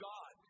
God